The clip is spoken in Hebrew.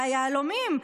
היהלומים,